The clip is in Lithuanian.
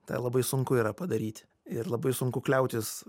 tą labai sunku yra padaryti ir labai sunku kliautis